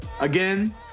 again